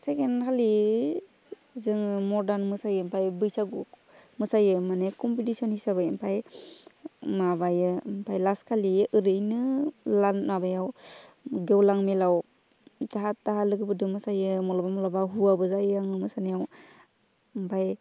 second खालि जोङो मदार्न मोसायो ओमफ्राय बैसागु मोसायो माने कमपिटिसन हिसाबै ओमफ्राय माबायो ओमफ्राय लास्त खालि ओरैनो माबायाव गेवलां मेलाव जाहा थाहा लोगोफोरजों मोसायो माब्लाबा माब्लाबा हौवाबो जायो आङो मोसानायाव ओमफ्राय